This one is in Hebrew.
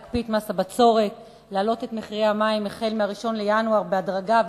להקפיא את מס הבצורת ולהעלות את מחירי המים מ-1 בינואר בהדרגה,